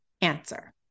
answer